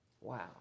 Wow